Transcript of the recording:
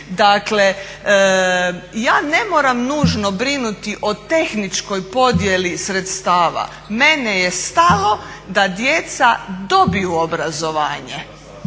Dakle, ja ne moram nužno brinuti o tehničkoj podjeli sredstava, meni je stalo da djeca dobiju obrazovanje,